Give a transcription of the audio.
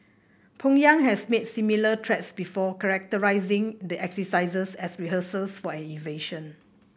Pyongyang has made similar threats before characterising the exercises as rehearsals for an invasion